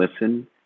listen